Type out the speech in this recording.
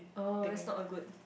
oh that's not a good